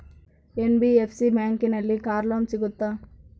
NBFC ಬ್ಯಾಂಕಿನಲ್ಲಿ car loan ಸಿಗುತ್ತಾ?